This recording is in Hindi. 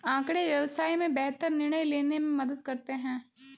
आँकड़े व्यवसाय में बेहतर निर्णय लेने में मदद करते हैं